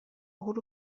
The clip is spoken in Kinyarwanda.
uhuru